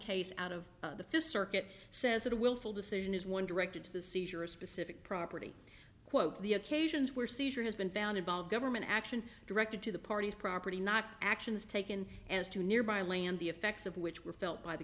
case out of the fifth circuit says that a willful decision is one directed to the seizure of specific property quote the occasions where seizure has been found about government action directed to the parties property not actions taken as to nearby land the effects of which were felt by the